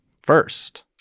first